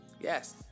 Yes